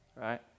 right